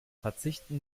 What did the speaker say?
verzichten